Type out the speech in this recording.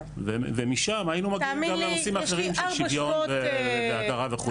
ומשם היינו מגיבים לנושאים האחרים של שוויון והדרה חוץ וביטחון.